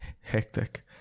hectic